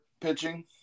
pitching